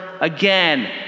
again